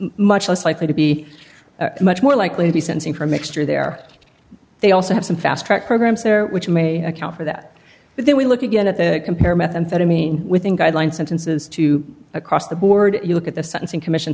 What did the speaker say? much less likely to be much more likely to be sensing from mixture there they also have some fast track programs there which may account for that but then we look again at the compare methamphetamine within guideline sentences to across the board you look at the sentencing commission